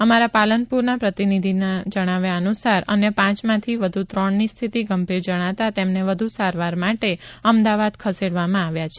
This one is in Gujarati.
અમારા પાલનપુરના પ્રતિનિધિ જણાવે છે કે અન્ય પાંચમાંથી વધુ ત્રણની સ્થિતિ ગંભીર જણાતા તેમને વધ્ સારવાર માટે અમદાવાદ ખસેડવામાં આવ્યા છે